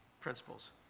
principles